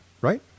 right